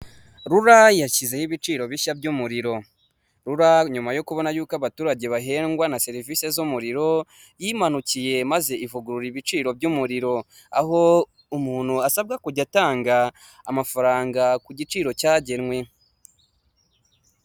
Umuhanda w'umukara aho uganisha ku bitaro byitwa Sehashiyibe, biri mu karere ka Huye, aho hahagaze umuntu uhagarika imodoka kugirango babanze basuzume icyo uje uhakora, hakaba hari imodoka nyinshi ziparitse.